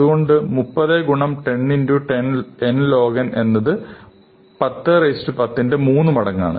അതുകൊണ്ട് കൊണ്ട് 30 ഗുണം 10 10 n log n എന്നത് 10 10 ന്റെ മൂന്നുമടങ്ങാണ്